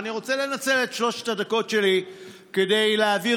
אבל אני רוצה לנצל את שלוש הדקות שלי כדי להעביר